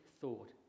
thought